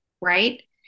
Right